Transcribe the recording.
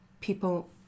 people